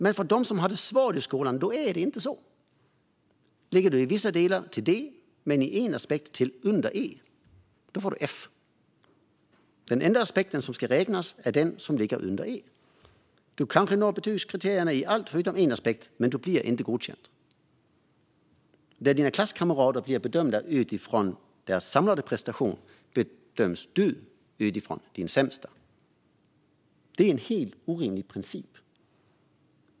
Men för dem som har det svårt i skolan är det inte på det sättet. Ligger man i vissa delar på D men i en aspekt under E får man ett F. Den enda aspekten som ska räknas är då den som ligger under E. Man kanske når betygskriterierna i allt förutom en aspekt. Men man blir inte godkänd. Där klasskamraterna blir bedömda utifrån sina samlade prestationer bedöms man själv utifrån den sämsta prestationen. Det är en helt orimlig princip.